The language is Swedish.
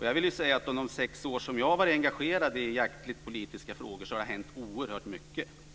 Jag vill säga att under de sex år som jag har varit engagerad i jaktpolitiska frågor har det hänt oerhört mycket.